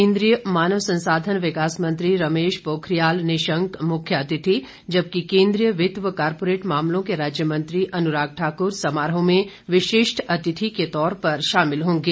केन्द्रीय मानव संसाधन विकास मंत्री रमेश पोखरियाल निशंक मुख्य अतिथि जबकि कोन्द्रीय वित्त व कारपोरेट मामलों के राज्यमंत्री अनुराग ठाक्र समारोह में विशिष्ट अतिथि के तौर पर शामिल होंगे